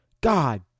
God